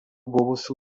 buvusių